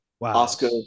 Oscar